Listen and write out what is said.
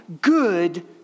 good